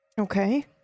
Okay